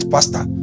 Pastor